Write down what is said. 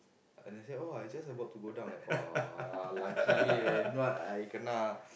and then said oh I just about to go down lucky me man what I kena